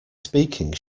speaking